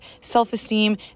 self-esteem